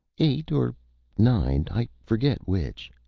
eight or nine i forget which.